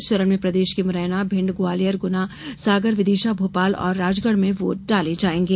इस चरण में प्रदेश की मुरैना भिंड ग्वालियर गुना सागर विदिशा भोपाल और राजगढ़ में वोट डाले जायेंगे